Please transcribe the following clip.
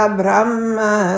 brahma